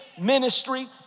ministry